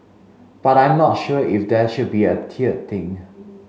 but I'm not sure if there should be a tiered thing